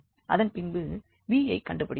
அதன்பின்பு v யைக் கண்டுபிடிப்போம்